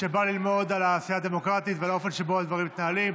שבא ללמוד על העשייה הדמוקרטית ועל האופן שבו הדברים מתנהלים.